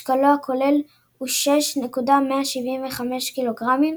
משקלו הכולל הוא 6.175 קילוגרמים,